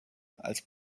als